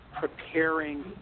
preparing